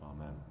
Amen